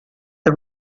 the